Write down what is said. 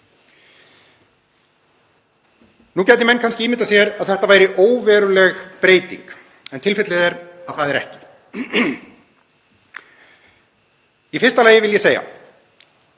Nú gætu menn kannski ímyndað sér að þetta væri óveruleg breyting en tilfellið er að það er ekki svo. Í fyrsta lagi vil ég segja: